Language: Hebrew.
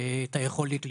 את היכולת להתקיים.